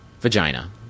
Vagina